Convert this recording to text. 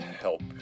help